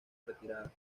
retirada